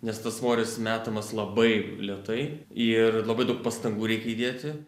nes tas svoris metamas labai lėtai ir labai daug pastangų reikia įdėti